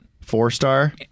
Four-star